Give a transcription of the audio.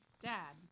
Dad